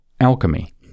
alchemy